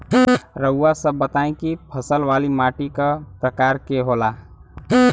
रउआ सब बताई कि फसल वाली माटी क प्रकार के होला?